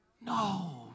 No